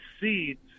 seeds